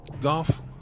golf